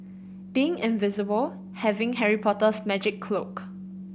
being invisible having Harry Potter's magic cloak